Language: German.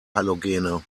halogene